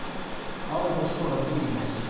out of a sort of haze,